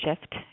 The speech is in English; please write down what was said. shift